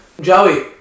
Joey